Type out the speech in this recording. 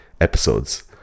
episodes